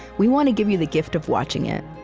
we want to give you the gift of watching it.